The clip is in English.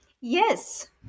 Yes